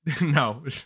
No